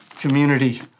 community